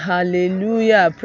Hallelujah